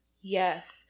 Yes